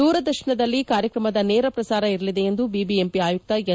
ದೂರದರ್ಶನದಲ್ಲಿ ಕಾರ್ಯಕ್ರಮದ ನೇರ ಪ್ರಸಾರ ಇರಲಿದೆ ಎಂದು ಬಿಬಿಎಂಪಿ ಆಯುಕ್ತ ಎನ್